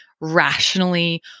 rationally